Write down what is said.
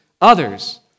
others